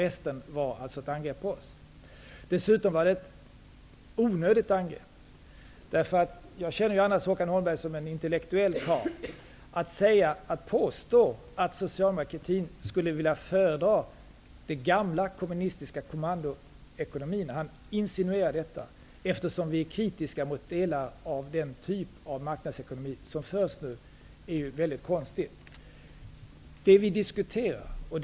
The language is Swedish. Resten var ett angrepp på oss. Detta var dessutom ett onödigt angrepp. Det är ju väldigt konstigt att han insinuerar att vi socialdemokrater skulle föredra den gamla kommunistiska kommandoekonomin, bara för att vi är kritiska till delar av den typ av marknadsekonomi som finns. Jag känner annars Håkan Holmberg som en intellektuell karl.